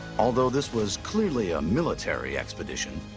although this was clearly a military expedition,